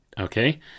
okay